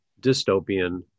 dystopian